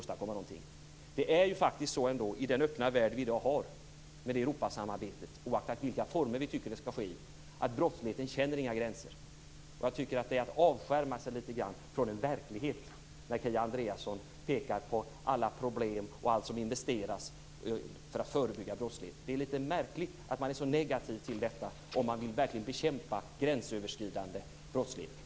Sedan är det ju så med den öppna värld vi har i dag och med Europasamarbetet, oaktat vilka former vi tycker att det skall ske i, att brottsligheten inte känner några gränser. Jag tycker att det är litet grand att avskärma sig från den verkligheten när Kia Andreasson pekar på alla problem och allt som investeras för att förebygga brottslighet. Det är litet märkligt att man är så negativ till detta om man verkligen vill bekämpa gränsöverskridande brottslighet.